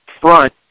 front